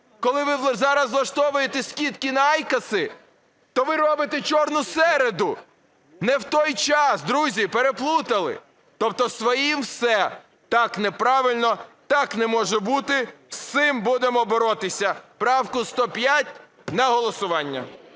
коли ви зараз влаштовуєте скидки на айкоси, то ви робите чорну середу. Не в той час, друзі, переплутали. Тобто своїм – все. Так неправильно, так не може бути, з цим будемо боротися. Правку 105 – на голосування.